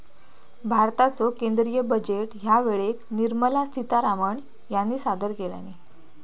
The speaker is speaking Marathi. भारताचो केंद्रीय बजेट ह्या वेळेक निर्मला सीतारामण ह्यानी सादर केल्यानी